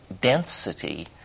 density